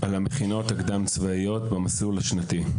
על המכינות הקדם צבאיות במסלול השנתי.